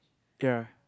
okay lah